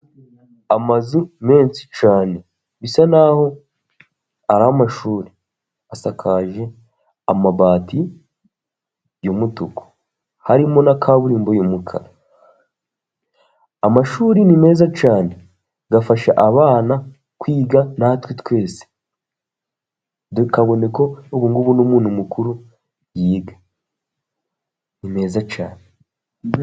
Amazu menshi cyane. Bisa n'aho ari amashuri. Asakaje amabati y'umutuku. Harimo na kaburimbo y'umukara . Amashuri ni meza cyane. Afasha abana kwiga, natwe twese. Kabone ko ubungubu n'umuntu mukuru yiga. Ni meza cyane.